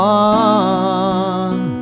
one